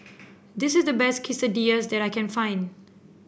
this is the best Quesadillas that I can find